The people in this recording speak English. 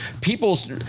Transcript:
People's